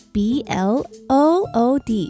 blood